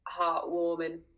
heartwarming